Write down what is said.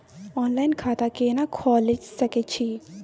Online खाता केना खोले सकै छी?